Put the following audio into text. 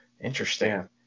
Interesting